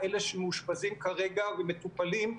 אלה שמאושפזים כרגע ומטופלים,